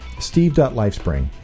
Steve.lifespring